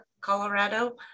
Colorado